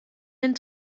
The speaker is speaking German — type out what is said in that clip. den